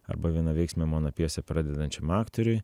arba vienaveiksmė mono pjesė pradedančiam aktoriui